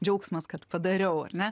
džiaugsmas kad padariau ar ne